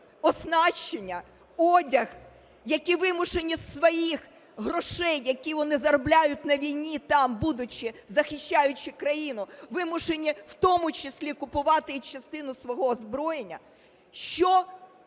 оснащення, одяг, які вимушені з своїх грошей, які вони заробляють на війні, там будучи, захищаючи країну, вимушені в тому числі купувати і частину свого озброєння.